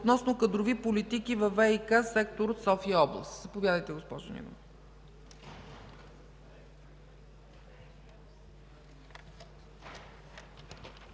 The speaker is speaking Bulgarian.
относно кадрови политики във ВиК сектора – София област. Заповядайте, госпожо Нинова.